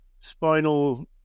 spinal